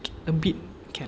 a bit can